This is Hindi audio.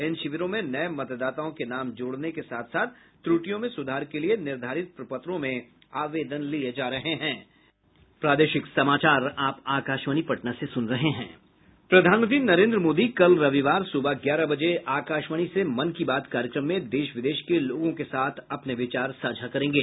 इन शिविरों में नये मतदाताओं के नाम जोड़ने के साथ साथ त्रुटियों में सुधार के लिए निर्धारित प्रपत्रों में आवेदन लिये जा रहे हैं प्रधानमंत्री नरेन्द्र मोदी कल रविवार सुबह ग्यारह बजे आकाशवाणी से मन की बात कार्यक्रम में देश विदेश के लोगों के साथ अपने विचार साझा करेंगे